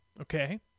Okay